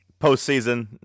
Postseason